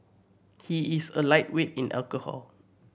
he is a lightweight in alcohol